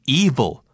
evil